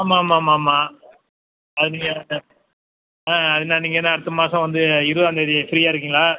ஆமாம் ஆமாம் ஆமாம் ஆமாம் அது நீங்கள் ஆ அது என்ன நீங்கள் என்ன அடுத்த மாதம் வந்து இருபதாந்தேதி ஃப்ரீயாக இருக்கிங்களா